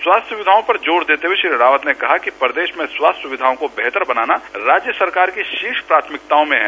स्वास्थ्य सुविधाओं पर जोर देते हए श्री रावत ने कहा कि प्रदेश में स्वास्थ्य सुविधाओं को बेहतर बनाना राज्य सरकार की शीर्ष प्राथमिकताओं में हैं